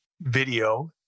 video